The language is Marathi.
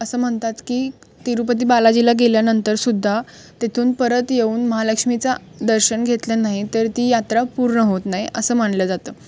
असं म्हणतात की तिरुपती बालाजीला गेल्यानंतरसुद्धा तिथून परत येऊन महालक्ष्मीचा दर्शन घेतलं नाही तर ती यात्रा पूर्ण होत नाही असं मानलं जातं